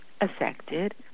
affected